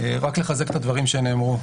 רק לחזק את הדברים שנאמרו.